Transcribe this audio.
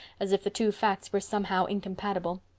as if the two facts were somehow incompatible.